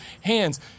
hands